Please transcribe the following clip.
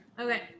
okay